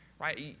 right